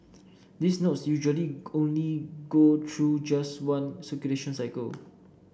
these notes usually only go through just one circulation cycle